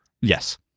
yes